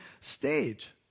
stage